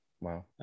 Wow